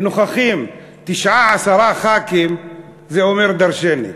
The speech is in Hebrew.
ונוכחים תשעה-עשרה חברי כנסת, זה אומר דורשני.